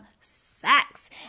Sex